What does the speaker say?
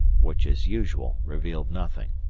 which, as usual, revealed nothing.